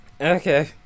Okay